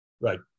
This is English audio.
Right